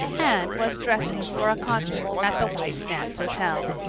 anne was dressing for a concert at the white sands hotel.